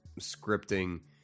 scripting